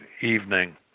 evening